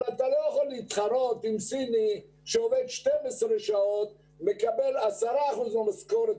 אבל אתה לא יכול להתחרות עם סיני שעובד 12 שעות ומקבל 10% מהמשכורות